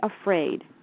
afraid